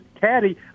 caddy